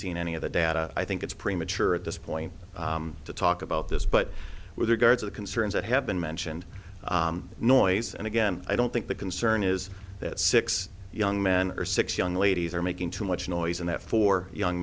seen any of the data i think it's premature at this point to talk about this but with regard to the concerns that have been mentioned noise and again i don't think the concern is that six young men or six young ladies are making too much noise and that for young